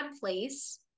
place